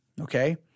okay